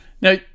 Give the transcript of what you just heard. Now